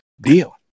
deal